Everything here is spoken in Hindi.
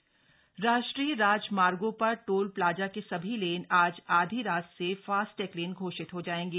फास्टैग लेन राष्ट्रीय राजमार्गो पर टोल प्लाजा के सभी लेन आज आधी रात से फास्टैग लेन घोषित हो जायेंगे